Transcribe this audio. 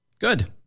Good